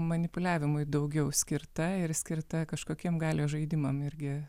manipuliavimui daugiau skirta ir skirta kažkokiem galios žaidimam irgi